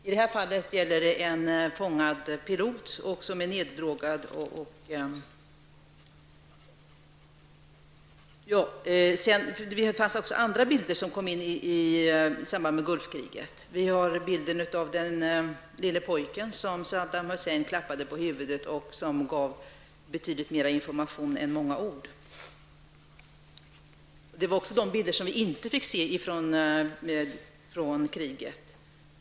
I detta fall gäller det en tillfångatagen pilot som är neddrogad. Det fanns också andra bilder från Gulf-kriget, t.ex. bilden av den lille pojken som Saddam Hussein klappade på huvudet. Den gav mycket mer information än många ord. Det fanns också bilder från kriget som vi inte fick se.